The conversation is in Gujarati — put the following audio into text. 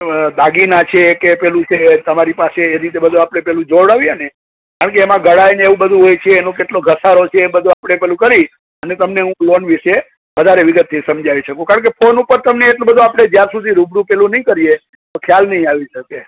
દાગીના છે કે પેલું છે તમારી પાસે એ રીતે બધું આપણે પેલું જોવડાવીએ ને કારણકે એમાં ઘડાઈ ને એવું બધું હોય છે એનો કેટલો ઘસારો છે એ બંધુ આપણે પેલું કરી અને તમને હું લોન વિષે વધારે વિગતથી સમજાવી શકું કારણકે ફોન ઉપર તમને એટલું બધુ આપણે જ્યાં સુધી રૂબરૂ પેલું નહીં કરીએ તો ખ્યાલ નહીં આવી શકે